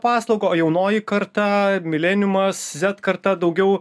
paslaugą jaunoji karta mileniumas zet karta daugiau